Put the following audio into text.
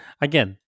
again